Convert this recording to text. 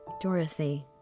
Dorothy